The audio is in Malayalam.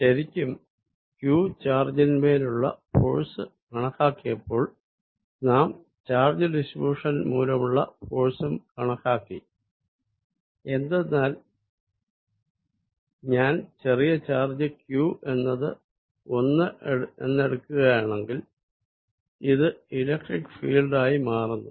ശരിക്കും q ചാർജിൻമേലുള്ള ഫോഴ്സ് കണക്കാക്കിയപ്പോൾ നാം ചാർജ് ഡിസ്ട്രിബ്യുഷൻ മൂലമുള്ള ഫോഴ്സ് ഉം കണക്കാക്കി എന്തെന്നാൽ ഞാൻ ചെറിയ ചാർജ് q എന്നത് 1 എന്ന് എടുക്കുകയാണെങ്കിൽ ഇത് ഇലക്ട്രിക്ക് ഫീൽഡ് ആയി മാറുന്നു